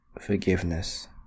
forgiveness